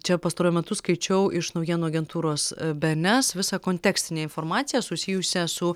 čia pastaruoju metu skaičiau iš naujienų agentūros bns visą kontekstinę informaciją susijusią su